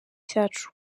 cyacu